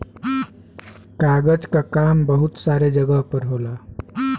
कागज क काम बहुत सारे जगह पर होला